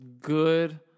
good